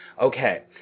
okay